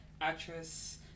actress